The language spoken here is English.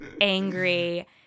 angry